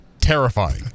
terrifying